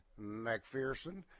McPherson